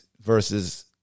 versus